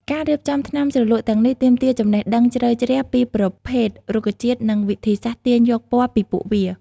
ការរៀបចំថ្នាំជ្រលក់ទាំងនេះទាមទារចំណេះដឹងជ្រៅជ្រះពីប្រភេទរុក្ខជាតិនិងវិធីសាស្ត្រទាញយកពណ៌ពីពួកវា។